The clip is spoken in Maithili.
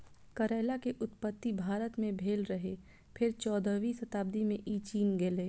करैला के उत्पत्ति भारत मे भेल रहै, फेर चौदहवीं शताब्दी मे ई चीन गेलै